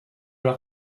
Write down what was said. leur